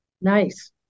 Nice